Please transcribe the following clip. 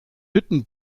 hütten